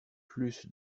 plus